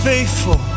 Faithful